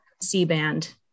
C-band